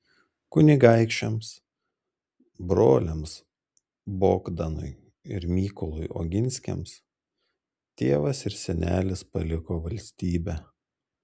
kunigaikščiams broliams bogdanui ir mykolui oginskiams tėvas ir senelis paliko valstybę